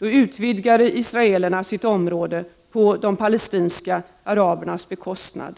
utvidgade israelerna sitt område på de palestinska arabernas bekostnad.